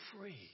free